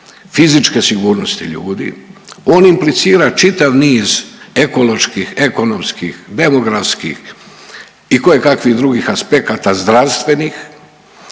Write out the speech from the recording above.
fizičke sigurnosti ljudi, on implicira čitav niz ekoloških, ekonomskih, demografskih i kojekakvih drugih aspekata zdravstvenih